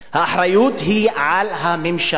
האחריות היא על הממשלה.